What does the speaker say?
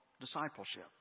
discipleship